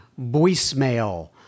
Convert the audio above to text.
voicemail